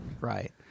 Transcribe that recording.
Right